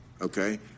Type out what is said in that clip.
Okay